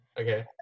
Okay